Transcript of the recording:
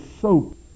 soap